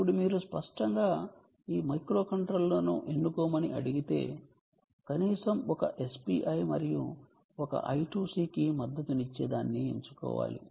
ఇప్పుడు మీరు స్పష్టంగా ఈ మైక్రోకంట్రోలర్ను ఎన్నుకోమని అడిగితే కనీసం ఒక SPI మరియు ఒక I2C కి మద్దతునిచ్చేదాన్ని ఎంచుకోవాలి